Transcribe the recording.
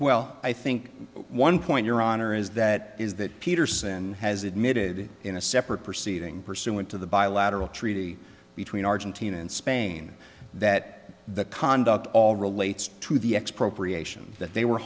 well i think one point your honor is that is that peterson has admitted in a separate proceeding pursuant to the bilateral treaty between argentina and spain that the conduct all relates to the expropriation that they were